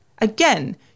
Again